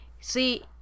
see